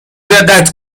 دقت